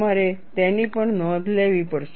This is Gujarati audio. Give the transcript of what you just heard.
તમારે તેની પણ નોંધ લેવી પડશે